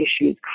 issues